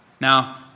Now